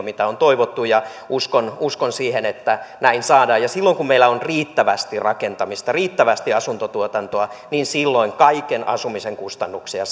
mitä on toivottu ja uskon uskon siihen että se saadaan ja silloin kun meillä on riittävästi rakentamista riittävästi asuntotuotantoa niin silloin kaiken asumisen kustannuksia